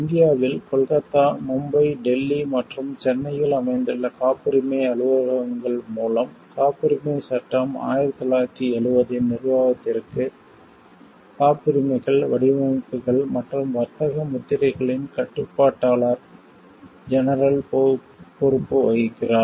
இந்தியாவில் கொல்கத்தா மும்பை டெல்லி மற்றும் சென்னையில் அமைந்துள்ள காப்புரிமை அலுவலகங்கள் மூலம் காப்புரிமைச் சட்டம் 1970 இன் நிர்வாகத்திற்கு காப்புரிமைகள் வடிவமைப்புகள் மற்றும் வர்த்தக முத்திரைகளின் கட்டுப்பாட்டாளர் ஜெனரல் பொறுப்பு வகிக்கிறார்